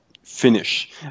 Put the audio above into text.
finish